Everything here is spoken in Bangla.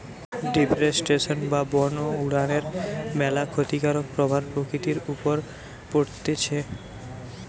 ডিফরেস্টেশন বা বন উজাড়ের ম্যালা ক্ষতিকারক প্রভাব প্রকৃতির উপর পড়তিছে